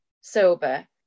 sober